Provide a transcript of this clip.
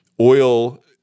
Oil